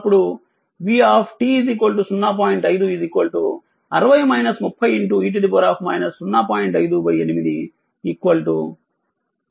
5 60 30 e 0